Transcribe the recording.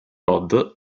road